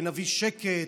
ו"נביא שקט",